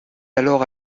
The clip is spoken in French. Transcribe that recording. alors